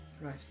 Right